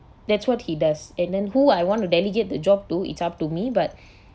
that's what he does and then who I want to delegate the job to it's up to me but